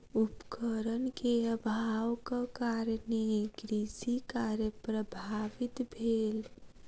उपकरण के अभावक कारणेँ कृषि कार्य प्रभावित भेल